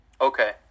Okay